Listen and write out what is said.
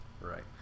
Right